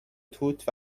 توت